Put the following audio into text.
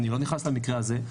ואני לא נכנס למקרה הזה,